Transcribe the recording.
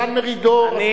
דן מרידור עסק.